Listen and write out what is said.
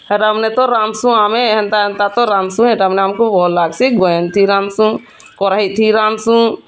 ହେରା ମାନେ ତ ରାନ୍ଧ୍ସୁଁ ଆମେ ହେନ୍ତା ହେନ୍ତା ତ ରାନ୍ଧ୍ସୁଁ ହେଟାମାନେ ଆମ୍କୁ ଭଲ୍ ଲାଗ୍ସି ଗୋଏନ୍ ଥି ରାନ୍ଧ୍ସୁଁ କରେଇ ଥି ରାନ୍ଧ୍ସୁଁ